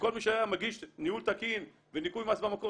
שכל מי שהיה מגיש ניהול תקין וניכוי מס במקור